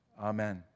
Amen